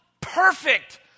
perfect